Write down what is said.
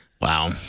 Wow